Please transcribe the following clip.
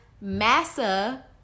Massa